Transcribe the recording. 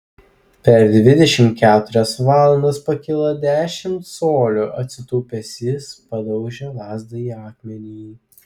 per dvidešimt keturias valandas pakilo dešimt colių atsitūpęs jis padaužė lazdą į akmenį